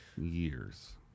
years